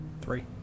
Three